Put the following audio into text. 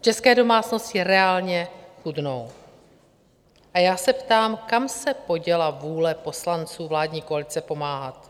České domácnosti reálně chudnou a já se ptám, kam se poděla vůle poslanců vládní koalice pomáhat?